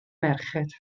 merched